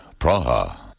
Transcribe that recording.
Praha